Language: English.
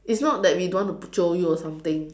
it's not that we don't want to jio you or something